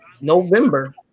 November